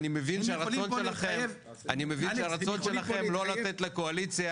אני מבין שהרצון שלכם הוא לא לתת לקואליציה